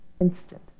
instant